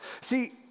See